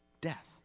death